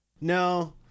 No